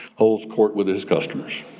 holds court with his customers.